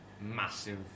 massive